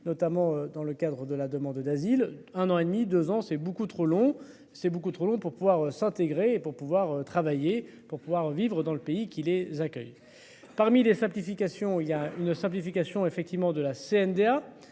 notamment dans le cadre de la demande d'asile. Un an et demi, deux ans c'est beaucoup trop long. C'est beaucoup trop long pour pouvoir s'intégrer et pour pouvoir travailler pour pouvoir vivre dans le pays qui les accueillent. Parmi les simplifications. Il y a une simplification effectivement de la CNDA